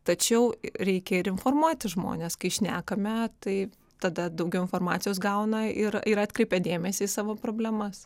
tačiau reikia ir informuoti žmones kai šnekame tai tada daugiau informacijos gauna ir ir atkreipia dėmesį į savo problemas